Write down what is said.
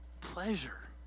pleasure